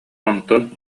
онтон